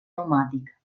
pneumàtic